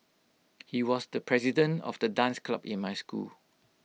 he was the president of the dance club in my school